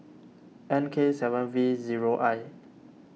N K seven V zero I